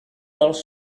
dels